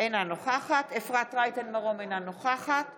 אינה נוכחת אפרת רייטן מרום, אינה נוכחת